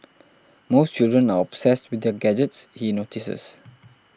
most children are obsessed with their gadgets he notices